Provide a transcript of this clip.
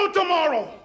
tomorrow